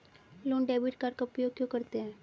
लोग debit card का उपयोग क्यों करते हैं?